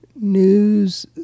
news